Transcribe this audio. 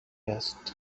است